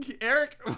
Eric